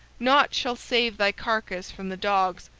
naught shall save thy carcass from the dogs.